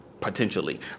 potentially